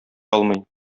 алмый